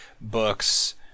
books